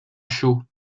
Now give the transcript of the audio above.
chaux